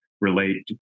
relate